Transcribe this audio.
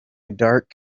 dark